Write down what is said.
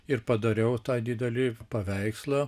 ir padariau tą didelį paveikslą